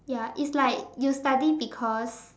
ya it's like you study because